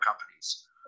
companies